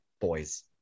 Boys